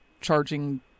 charging